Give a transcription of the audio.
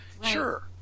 Sure